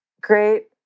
great